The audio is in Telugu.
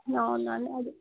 అవునండి అదే